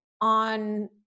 on